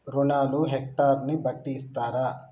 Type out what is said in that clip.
రుణాలు హెక్టర్ ని బట్టి ఇస్తారా?